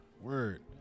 Word